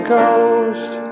Ghost